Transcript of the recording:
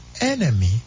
enemy